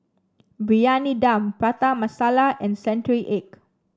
Briyani Dum Prata Masala and Century Egg